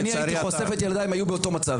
גם אם אני הייתי חושף את ילדיי הם היו באותו המצב.